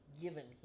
given